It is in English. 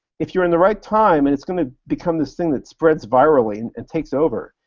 if you're in the right time, and it's gonna become this thing that spreads virally and takes over.